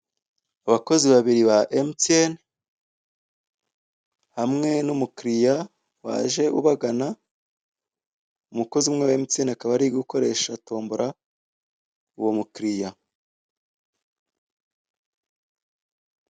Abakozi babiri ba Emutiyene, hamwe n'umukiriya waje ubagana, umukozi umwe wa Emutiyene akaba ari gukoresha tombora uwo mukiriya.